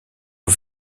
aux